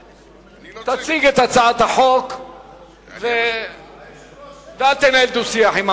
תציג את הצעת החוק ואל תנהל דו-שיח.